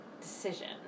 decision